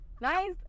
Nice